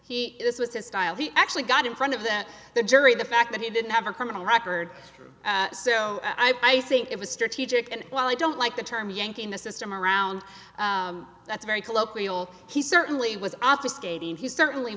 he this was his style he actually got in front of that the jury the fact that he didn't have a criminal record so i think it was strategic and while i don't like the term yanking the system around that's very colloquial he certainly was obfuscating he certainly